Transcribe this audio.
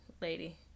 lady